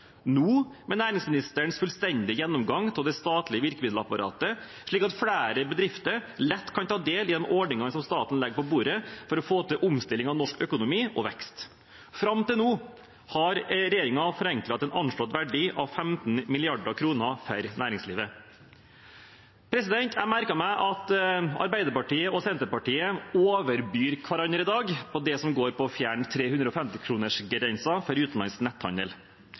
nå, med næringsministerens fullstendige gjennomgang av det statlige virkemiddelapparatet, slik at flere bedrifter lett kan ta del i de ordningene som staten legger på bordet for å få til omstilling av norsk økonomi og vekst. Fram til nå har regjeringen forenklet til en anslått verdi av 15 mrd. kr for næringslivet. Jeg merker meg at Arbeiderpartiet og Senterpartiet i dag overbyr hverandre i det som går på å fjerne 350-kronersgrensen for utenlandsk netthandel.